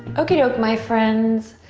okey doke my friends,